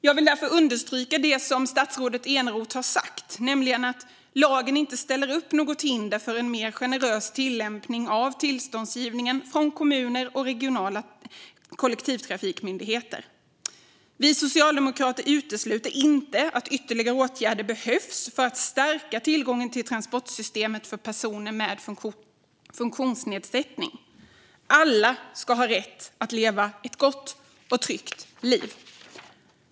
Jag vill därför understryka det som statsrådet Eneroth har sagt, nämligen att lagen inte ställer upp något hinder för en mer generös tillämpning av tillståndsgivningen från kommuner och regionala kollektivtrafikmyndigheter. Vi socialdemokrater utesluter inte att ytterligare åtgärder kan behövas för att stärka tillgången till transportsystemet för personer med funktionsnedsättning. Alla ska ha rätt att leva ett gott och tryggt liv.